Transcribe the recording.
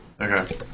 Okay